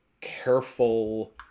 careful